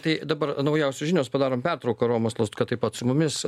tai dabar naujausios žinios padarom pertrauką romas lazutka taip pat su mumis